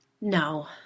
No